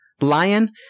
Lion